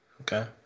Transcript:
okay